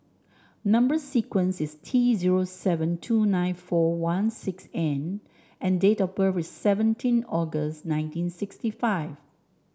number sequence is T zero seven two nine four one six N and date of birth is seventeen August nineteen sixty five